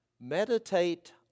meditate